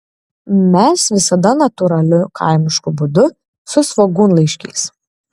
mes visada natūraliu kaimišku būdu su svogūnlaiškiais